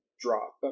drop